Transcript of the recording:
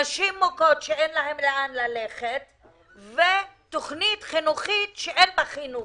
נשים מוכות שאין להן לאן ללכת ותוכנית חינוכית שאין בה חינוך.